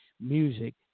music